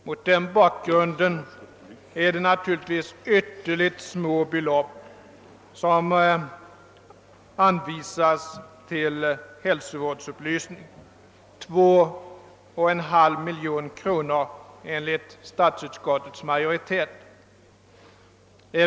Mot den bakgrunden är det naturligtvis ytterligt små belopp som anvisas till hälsovårdsupplysning, 2,5 miljoner kronor enligt utskottsmajoritetens förslag.